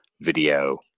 video